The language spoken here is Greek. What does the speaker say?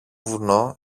βουνό